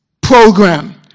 program